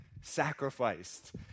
sacrificed